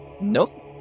Nope